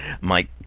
Mike